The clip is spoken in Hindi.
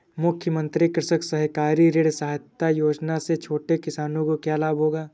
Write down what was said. मुख्यमंत्री कृषक सहकारी ऋण सहायता योजना से छोटे किसानों को क्या लाभ होगा?